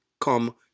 come